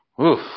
Oof